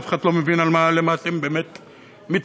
אף אחד לא מבין למה באמת מתכוונים.